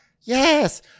Yes